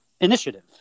Initiative